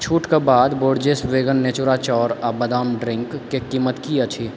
छूटके बाद Borges vegan Natura चाउर आओर बादाम ड्रिन्कके कीमत की अछि